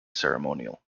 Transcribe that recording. ceremonial